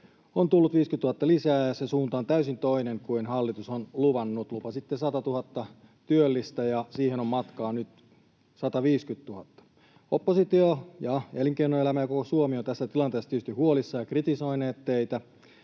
on tullut 50 000 lisää, ja se suunta on täysin toinen kuin mitä hallitus on luvannut. Lupasitte 100 000 työllistä, ja siihen on matkaa nyt 150 000. Oppositio ja elinkeinoelämä ja koko Suomi ovat tästä tilanteesta tietysti huolissaan ja ovat kritisoineet teitä.